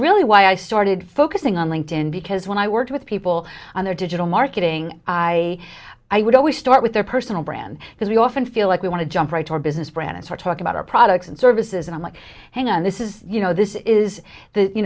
really why i started focusing on linked in because when i worked with people on their digital marketing i i would always start with their personal brand because we often feel like we want to jump right to our business brands or talk about our products and services and i'm like hang on this is you know this is the you